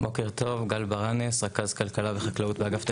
בוקר טוב, אני רכז כלכלה וחקלאות באגף תקציבים.